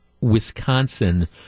Wisconsin